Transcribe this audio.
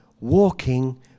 walking